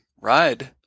ride